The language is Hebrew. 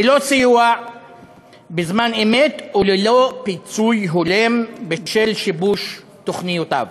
ללא סיוע בזמן אמת וללא פיצוי הולם בשל שיבוש תוכניותיו.